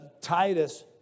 Titus